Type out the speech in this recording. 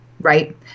right